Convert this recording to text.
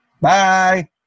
Bye